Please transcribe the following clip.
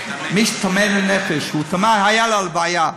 מי שטמא לנפש, היה בהלוויה.